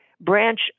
branch